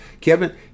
Kevin